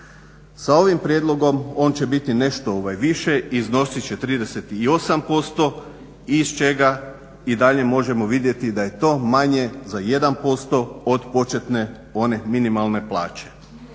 Sa ovim prijedlogom on će biti nešto više i iznosit će 38% iz čega i dalje možemo vidjeti da je to manje za 1% od početne one minimalne plaće.